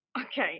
okay